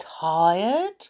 tired